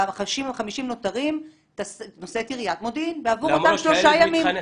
וה-50% הנותרים נושאת עיריית מודיעין בעבור אותם שלושה ימים.